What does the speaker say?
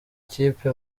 kipe